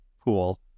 pool